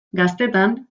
gaztetan